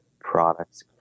products